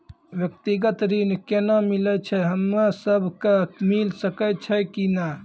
व्यक्तिगत ऋण केना मिलै छै, हम्मे सब कऽ मिल सकै छै कि नै?